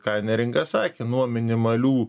ką neringa sakė nuo minimalių